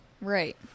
Right